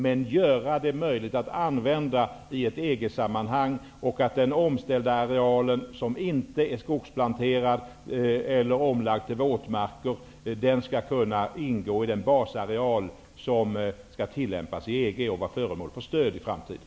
Men vi skall försöka göra det möjligt att användas i ett EG-sammanhang. Den omställda arealen som inte är skogsplanterad eller omlagd till våtmarker skall kunna ingå i den basareal som tillämpas i EG, och som skall vara föremål för stöd i framtiden.